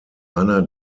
einer